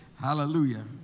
Hallelujah